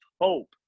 hope